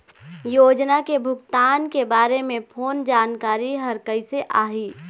योजना के भुगतान के बारे मे फोन जानकारी हर कइसे आही?